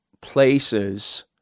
places